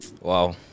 Wow